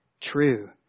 true